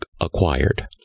acquired